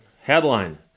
Headline